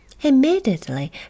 Immediately